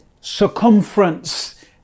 circumference